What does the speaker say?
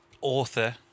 author